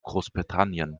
großbritannien